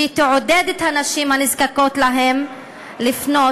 שתעודד את הנשים הנזקקות להם לפנות